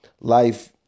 life